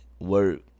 Work